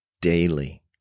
daily